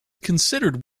considered